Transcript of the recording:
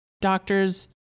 doctors